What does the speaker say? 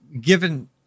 given